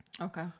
Okay